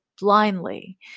blindly